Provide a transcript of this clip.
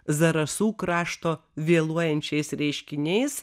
zarasų krašto vėluojančiais reiškiniais